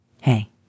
Hey